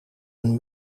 een